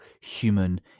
human